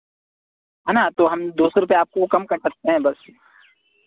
है ना तो हम दो सौ रुपैया आपको कम कर सकते हैं बस